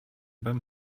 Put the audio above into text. beim